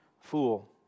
Fool